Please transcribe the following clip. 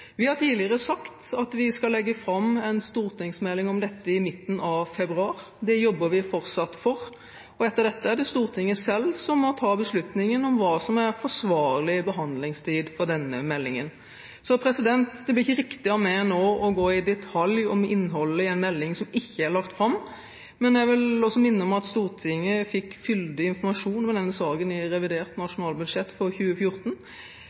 Vi har tidligere sagt at vi skal legge fram en stortingsmelding om dette i midten av februar. Det jobber vi fortsatt for. Etter dette er det Stortinget selv som må ta beslutningen om hva som er forsvarlig behandlingstid for denne meldingen. Det blir ikke riktig av meg nå å gå i detalj om innholdet i en melding som ikke er lagt fram, men jeg vil også minne om at Stortinget fikk fyldig informasjon om denne saken i revidert nasjonalbudsjett for 2014.